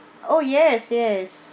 oh yes yes